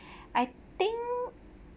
I think